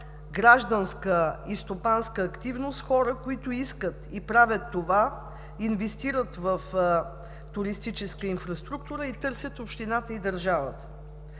гражданска и стопанска активност – хора, които искат и правят това, инвестират в туристическа инфраструктура и търсят общината и държавата.